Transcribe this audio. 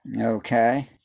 Okay